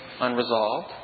unresolved